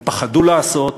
הם פחדו לעשות,